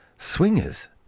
Swingers